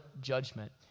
judgment